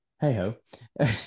hey-ho